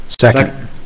second